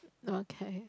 okay